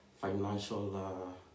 financial